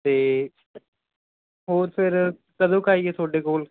ਅਤੇ ਹੋਰ ਫਿਰ ਕਦੋਂ ਕੁ ਆਈਏ ਤੁਹਾਡੇ ਕੋਲ